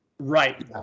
Right